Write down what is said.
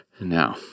Now